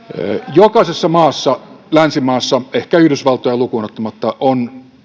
jokaisessa länsimaassa ehkä yhdysvaltoja lukuun ottamatta on